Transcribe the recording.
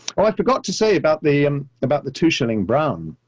ah i forgot to say about the um about the two shilling brown,